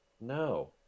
No